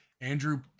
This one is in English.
Andrew